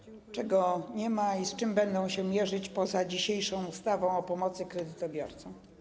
Czego nie ma i z czym będą się mierzyć poza dzisiejszą ustawą o pomocy kredytobiorcy?